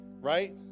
right